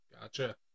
Gotcha